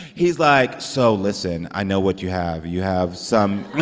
he's like, so, listen. i know what you have. you have some,